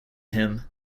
him